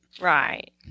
Right